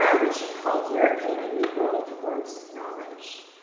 which he called european and new world forms of knowledge.